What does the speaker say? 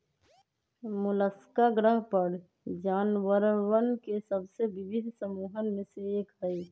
Mollusca ग्रह पर जानवरवन के सबसे विविध समूहन में से एक हई